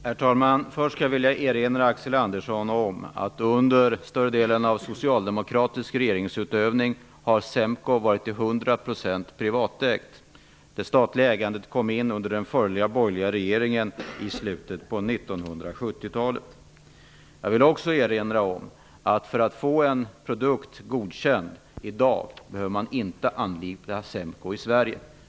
Herr talman! Först skall jag erinra Axel Andersson om att SEMKO under större delen av socialdemokratisk regeringsutövning till 100 % var privatägt. Staten som ägare kom in under den förra borgerliga regeringen i slutet av 1970-talet. Jag vill också erinra om att man i dag, för att få en produkt godkänd, inte behöver anlita SEMKO.